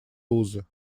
узы